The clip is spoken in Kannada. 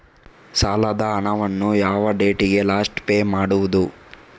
ಸಾಲದ ಹಣವನ್ನು ಯಾವ ಡೇಟಿಗೆ ಲಾಸ್ಟ್ ಪೇ ಮಾಡುವುದು?